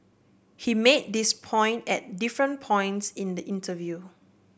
he made this point at different points in the interview